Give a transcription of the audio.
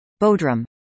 Bodrum